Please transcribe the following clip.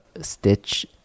stitch